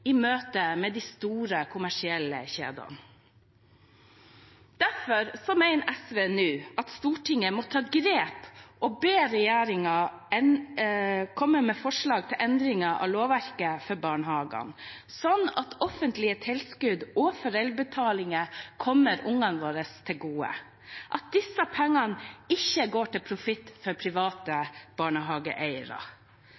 i møte med de store kommersielle kjedene. Derfor mener SV nå at Stortinget må ta grep og be regjeringen komme med forslag til endringer av lovverket for barnehagene, slik at offentlige tilskudd og foreldrebetaling kommer barna til gode, og at disse pengene ikke går til profitt for private